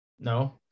No